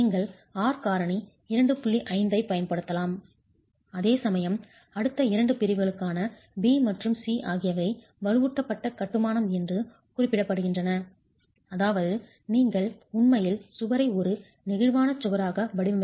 5ஐப் பயன்படுத்தலாம் அதேசமயம் அடுத்த 2 பிரிவுகளான B மற்றும் C ஆகியவை வலுவூட்டப்பட்ட கட்டுமானம் என்று குறிப்பிடப்படுகின்றன அதாவது நீங்கள் உண்மையில் சுவரை ஒரு நெகிழ்வான சுவராக வடிவமைக்கிறீர்கள்